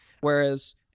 whereas